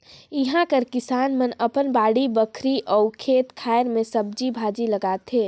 इहां कर किसान मन अपन बाड़ी बखरी अउ खेत खाएर में सब्जी भाजी लगाथें